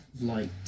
light